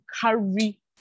carry